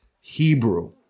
Hebrew